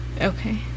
Okay